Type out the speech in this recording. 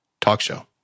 talkshow